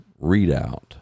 readout